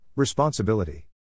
Responsibility